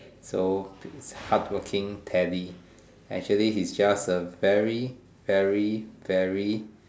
so hardworking Teddy actually he's just a very very very